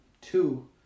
two